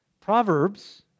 Proverbs